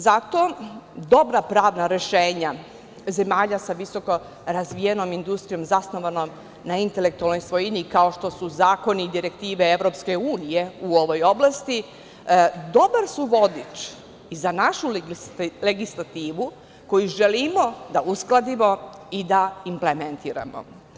Zato dobra pravna rešenja zemalja sa visokorazvijenom industrijom zasnovano na intelektualnoj svojini kao što su zakoni, direktive EU u ovoj oblasti, dobar su vodič za našu legislativu koju želimo da uskladimo i da implementiramo.